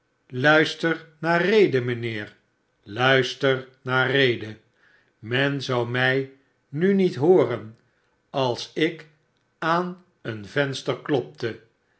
luister naar rede mijnheer luister naar rede men zou mi nu niet hooren als ik aan een venster klopte